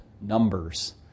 numbers